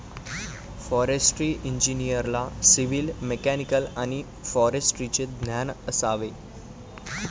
forestry इंजिनिअरला civil, mechanical आणि फॉरेस्ट्रीचे ज्ञान असावे